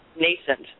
nascent